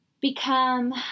become